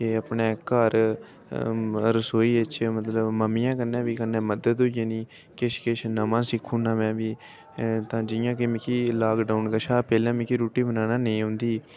कि अपने घर रसोइयै च मतलब मम्मियै कन्नै बी कन्नै मदद होई जानी किश किश नमां सिक्खी ओड़ना में बी जि'यां के मिकी लाक डाउन कशा पैह्ले मिकी रुट्टी बनाना नेईं औंदी ही